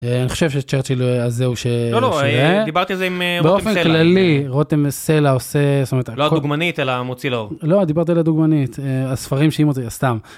אני חושב שצ'רצ'יל לא היה זה ש... שנייה. דיברתי על זה עם רותם סלע. באופן כללי, רותם סלע עושה, זאת אומרת... לא הדוגמנית, אלא מוציא לאור. לא, דיברת על הדוגמנית, הספרים שהיא מוציאה, סתם.